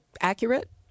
accurate